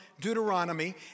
Deuteronomy